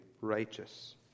Righteous